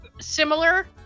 similar